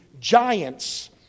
giants